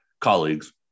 colleagues